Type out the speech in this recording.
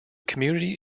community